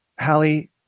Hallie